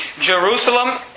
Jerusalem